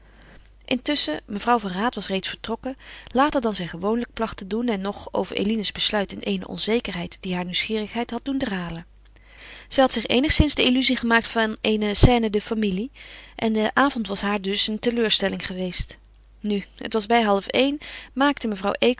intusschen mevrouw van raat was reeds vertrokken later dan zij gewoonlijk placht te doen en nog over eline's besluit in eene onzekerheid die haar nieuwsgierig had doen dralen zij had zich eenigszins de illuzie gemaakt van eene scène de familie en de avond was haar dus een teleurstelling geweest nu het was bij half een maakten mevrouw